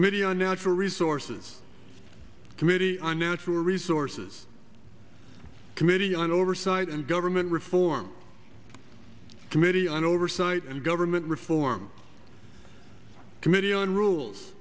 committee on natural resources committee our natural resources committee on oversight and government reform committee on oversight and government reform committee on rules